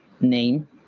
name